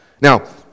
Now